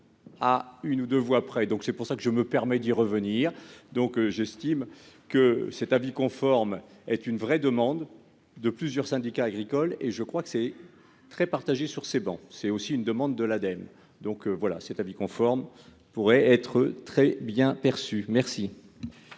à une ou 2 voix près, donc c'est pour ça que je me permets d'y revenir, donc j'estime que cet avis conforme est une vraie demande de plusieurs syndicats agricoles et je crois que c'est très partagée sur ces bancs, c'est aussi une demande de l'Ademe, donc voilà cet avis conforme, pourrait être très bien perçus, merci.